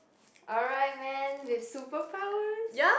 alright man with super powers